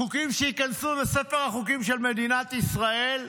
חוקים שייכנסו לספר החוקים של מדינת ישראל?